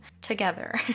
together